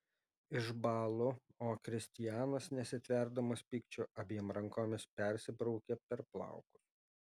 išbąlu o kristianas nesitverdamas pykčiu abiem rankomis persibraukia per plaukus